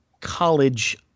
college